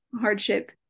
hardship